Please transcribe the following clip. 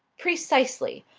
precisely.